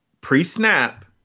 pre-snap